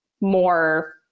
more